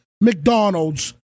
McDonald's